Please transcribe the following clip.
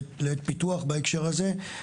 לעת פיתוח בהקשר הזה,